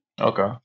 Okay